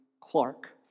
Clark